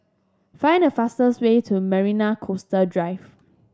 find the fastest way to Marina Coastal Drive